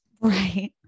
Right